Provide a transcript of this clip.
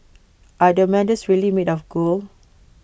are the medals really made of gold